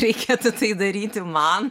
reikėtų tai daryti man